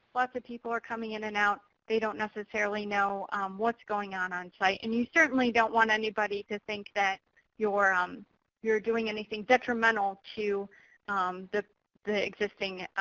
lots of people are coming in and out. they don't necessarily know what's going on, on-site. and you certainly don't want anybody to think that you're um you're doing anything detrimental to the the existing